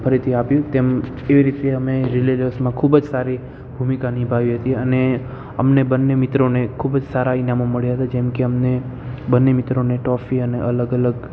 ફરીથી આપ્યું તેમ એવી રીતે અમે રિલે રેસમાં ખૂબ જ સારી ભૂમિકા નિભાવી હતી અને અમને બંને મિત્રોને ખૂબ જ સારા ઇનામો મળ્યા હતા જેમ કે અમને બંને મિત્રોને ટોફી અને અલગ અલગ